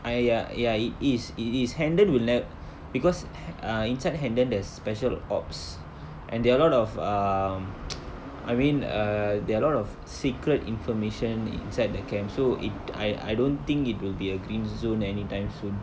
ah ya ya it is it is hendon will ne~ because uh inside hendon there's special operations and there are a lot of um I mean err there are a lot of secret information inside the camp so it I I don't think it will be a green zone anytime soon